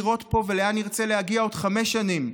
לראות פה ולאן נרצה להגיע עוד חמש שנים,